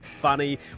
funny